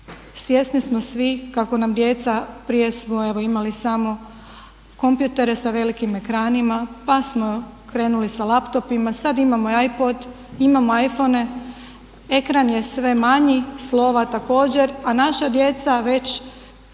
Svjesni smo svi kako nam djeca, prije smo evo imali samo kompjutere sa velikim ekranima, pa smo krenuli sa laptopima. Sad imamo i iPod, imamo iPhone, ekran je sve manji, slova također, a naša djeca već